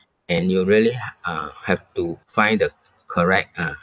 and you really h~ uh have to find the correct uh